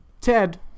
ted